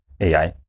AI